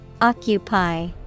Occupy